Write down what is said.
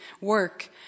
work